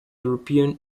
european